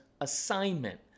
assignment